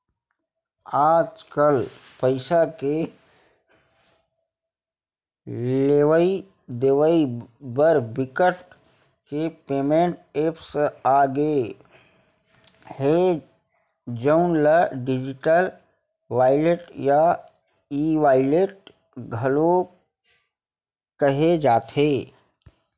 आजकल पइसा के लेवइ देवइ बर बिकट के पेमेंट ऐप्स आ गे हे जउन ल डिजिटल वॉलेट या ई वॉलेट घलो केहे जाथे